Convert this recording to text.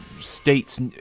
states